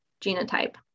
genotype